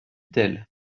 telle